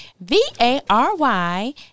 v-a-r-y